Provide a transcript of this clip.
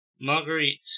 Marguerite